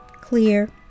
Clear